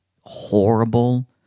horrible